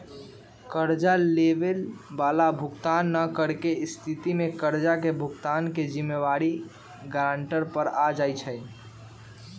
कर्जा लेबए बला भुगतान न करेके स्थिति में कर्जा के भुगतान के जिम्मेदारी गरांटर पर आ जाइ छइ